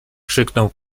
krzyknął